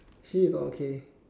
she is not okay